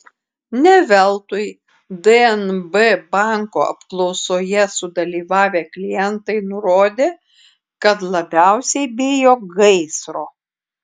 ne veltui dnb banko apklausoje sudalyvavę klientai nurodė kad labiausiai bijo gaisro